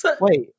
wait